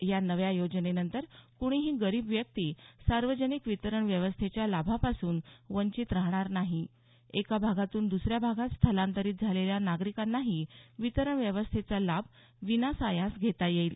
या नव्या योजनेनंतर कृणीही गरीब व्यक्ती सार्वजनिक वितरण व्यवस्थेच्या लाभापासून वंचित राहणार नाही एका भागातून दुसऱ्या भागात स्थलांतरित झालेल्या नागरिकांनाही वितरण व्यवस्थेचा लाभ विनासायास घेता येईल